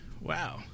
Wow